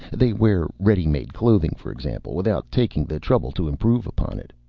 they wear ready-made clothing, for example, without taking the trouble to improve upon it.